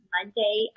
Monday